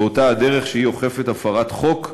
באותה הדרך שהיא אוכפת הפרת חוק,